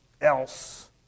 else